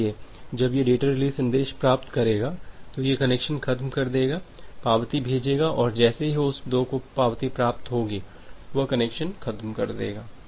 इसलिए जब यह डेटा रिलीज संदेश प्राप्त करेगा तो यह कनेक्शन ख़त्म कर देगा पावती भेजेगा और जैसे ही होस्ट 2 को पावती प्राप्त होगा वह कनेक्शन ख़त्म कर देगा